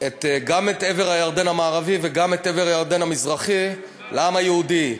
גם את עבר הירדן המערבי וגם את עבר הירדן המזרחי לעם היהודי,